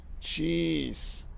Jeez